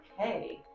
okay